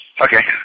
Okay